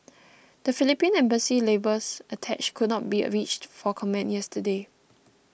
the Philippine Embassy's labours attache could not be reached for comment yesterday